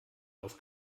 auf